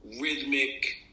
rhythmic